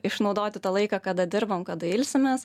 išnaudoti tą laiką kada dirbam kada ilsimės